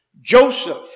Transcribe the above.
Joseph